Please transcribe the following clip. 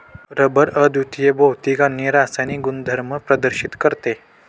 rubber अद्वितीय भौतिक आणि रासायनिक गुणधर्म प्रदर्शित करते